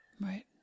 right